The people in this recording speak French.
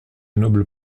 noble